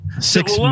Six